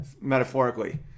metaphorically